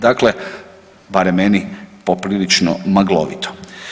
Dakle, barem meni, poprilično maglovito.